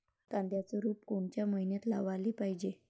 कांद्याचं रोप कोनच्या मइन्यात लावाले पायजे?